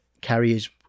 carriers